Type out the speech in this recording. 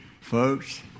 Folks